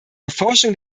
erforschung